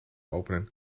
openen